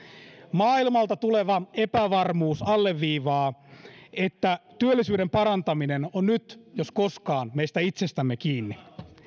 maailmalta tuleva epävarmuus alleviivaa että työllisyyden parantaminen on nyt jos koskaan meistä itsestämme kiinni